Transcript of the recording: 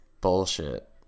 bullshit